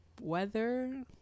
Weather